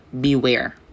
Beware